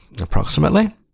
approximately